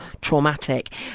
traumatic